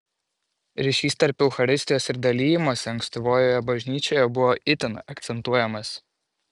ryšys tarp eucharistijos ir dalijimosi ankstyvojoje bažnyčioje buvo itin akcentuojamas